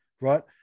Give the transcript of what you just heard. right